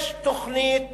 יש תוכנית